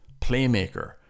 playmaker